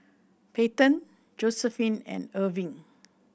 Peyton Josiephine and Erving